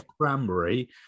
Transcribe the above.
cranberry